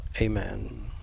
amen